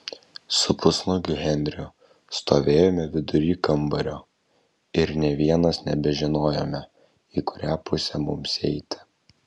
su pusnuogiu henriu stovėjome vidury kambario ir nė vienas nebežinojome į kurią pusę mums eiti